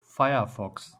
firefox